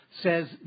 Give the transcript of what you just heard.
says